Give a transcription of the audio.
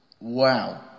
Wow